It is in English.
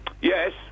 Yes